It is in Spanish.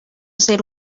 ser